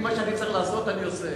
מה שאני צריך לעשות אני עושה.